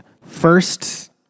first